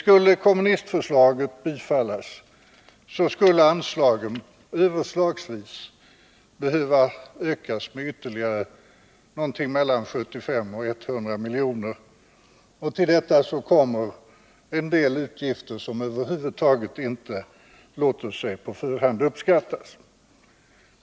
Om kommunistmotionerna bifölls skulle anslaget överslagsvis behöva ökas med ytterligare någonting mellan 75 och 100 miljoner, och till det kommer en del utgifter som över huvud taget inte på förhand kan uppskattas.